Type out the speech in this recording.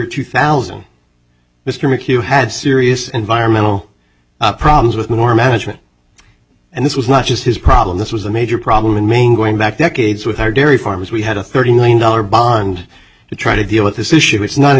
two thousand mr mchugh had serious environmental problems with more management and this was not just his problem this was a major problem in maine going back decades with our dairy farmers we had a thirty million dollar bond to try to deal with this issue it's not an